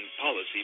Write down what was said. policy